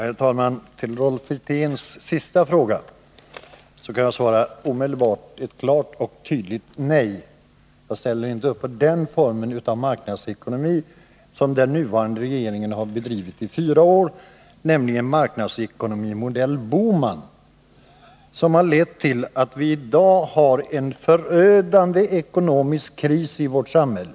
Herr talman! På Rolf Wirténs sista fråga kan jag omedelbart svara klart och tydligt nej. Jag ställer inte upp på den ekonomiska politik som den nuvarande regeringen har bedrivit i fyra år, nämligen marknadsekonomi modell Bohman. Den harlett till att vi i dag har en förödande ekonomisk kris i vårt samhälle.